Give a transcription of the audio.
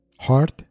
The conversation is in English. HEART